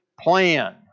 plan